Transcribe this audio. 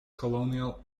colonial